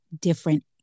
different